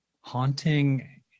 haunting